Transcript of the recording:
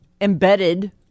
embedded